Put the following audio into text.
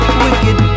wicked